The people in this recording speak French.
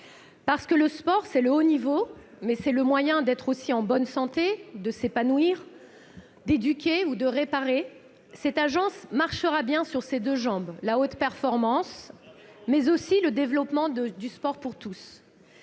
effet, le sport, c'est, outre le haut niveau, le moyen d'être en bonne santé, de s'épanouir, d'éduquer ou de réparer. Cette agence marchera bien sur ses deux jambes : la haute performance et le développement du sport pour tous.